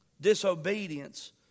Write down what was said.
Disobedience